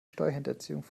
steuerhinterziehung